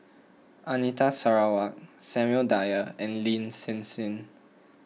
Anita Sarawak Samuel Dyer and Lin Hsin Hsin